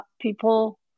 people